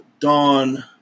dawn